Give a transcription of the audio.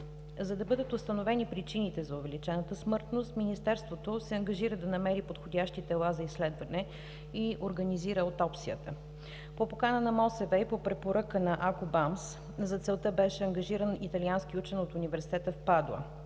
За да бъдат установени причините за увеличената смъртност, Министерството се ангажира да намери подходящи тела за изследване и организира аутопсията. По покана на МОСВ и по препоръка на АКОБАМС за целта беше ангажиран италиански учен от университета в Падуа.